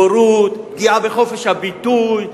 בורות, פגיעה בחופש הביטוי,